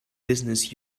business